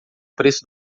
preço